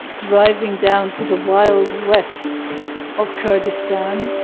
driving down to the wild west of kurdistan